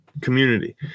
community